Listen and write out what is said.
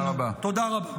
תודה רבה.